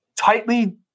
tightly